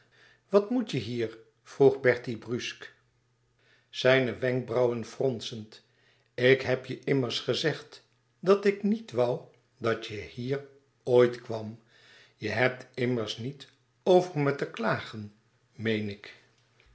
wat moet je hier vroeg bertie brusk zijne wenkbrauwen fronsend ik heb je immers gezegd dat ik niet woû dat je hier ooit kwam je hebt immers niet over me te klagen meen ik